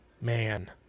Man